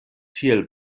tiel